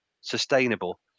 sustainable